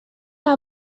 نیست